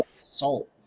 salt